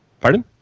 Pardon